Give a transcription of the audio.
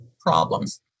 problems